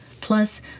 plus